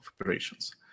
operations